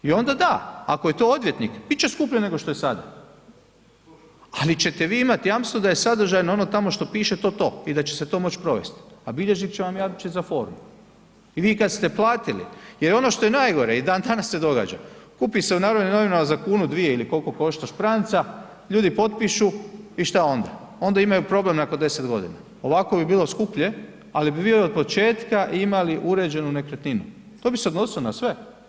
I onda, da, ako je to odvjetnik, bit će skuplje nego što je sada ali ćete vi imati jamstvo da je sadržajno ono tamo što piše, to, to i da će se to moć provesti a bilježnik će vam jamčiti za formu i vi kad ste platili jer ono što je najgore, i dandanas se događa, kupi se u Narodnim novinama za kunu, svije ili koliko košta špranca, ljudi potpišu, i šta onda, onda imaju problem nakon 10 g., ovako bi bilo skuplje ali bi vi od početka imali uređenu nekretninu, to bi se odnosilo na sve.